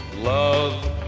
Love